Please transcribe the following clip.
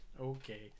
Okay